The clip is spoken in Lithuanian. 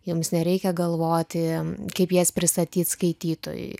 jums nereikia galvoti kaip jas pristatyt skaitytojui